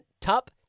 top